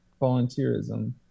volunteerism